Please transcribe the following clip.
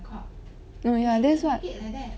ya that's what